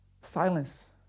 Silence